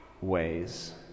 ways